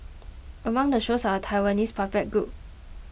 among the shows are a Taiwanese puppet group